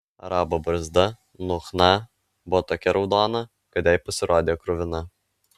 arabo barzda nuo chna buvo tokia raudona kad jai pasirodė kruvina